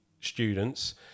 students